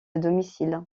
domicile